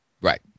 Right